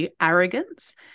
arrogance